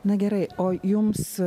na gerai o jums